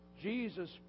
Jesus